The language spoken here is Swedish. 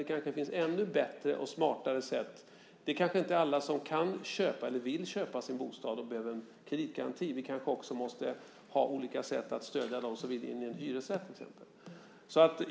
Det kanske finns ännu bättre och smartare sätt. Det kanske inte är alla som kan eller vill köpa sin bostad och behöver en kreditgaranti. Vi kanske också måste ha olika sätt att stödja dem som vill in i en hyresrätt, till exempel.